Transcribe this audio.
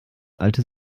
alte